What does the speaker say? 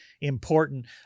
important